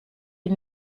ihn